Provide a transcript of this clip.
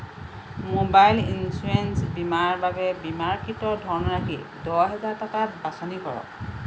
mobile insurance বীমাৰ বাবে বীমাকৃত ধনৰাশি দহ হেজাৰ টকা বাছনি কৰক